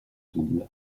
double